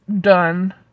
done